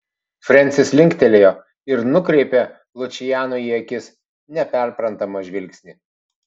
frensis linktelėjo ir nukreipė lučianui į akis neperprantamą žvilgsnį